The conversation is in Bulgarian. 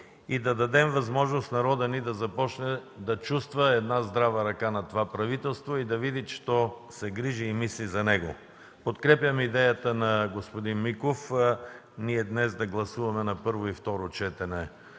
и да дадем възможност народът ни да започне да чувства една здрава ръка на това правителство и да види, че то се грижи и мисли за него. Подкрепям идеята на господин Миков днес да гласуваме на първо и второ четене